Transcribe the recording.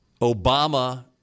Obama